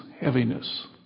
heaviness